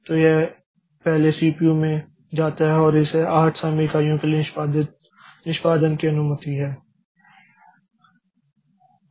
तो यह पहले सीपीयू में जाता है और इसे 8 समय इकाइयों के लिए निष्पादन की अनुमति है